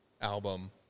album